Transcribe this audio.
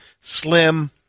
slim